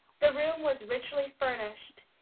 the room was richly furnished,